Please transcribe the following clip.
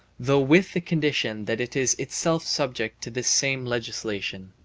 though with the condition that it is itself subject to this same legislation.